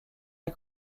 est